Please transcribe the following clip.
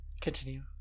Continue